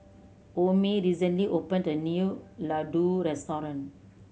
Omie recently opened a new Ladoo Restaurant